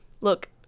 look